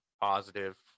positive